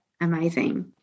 amazing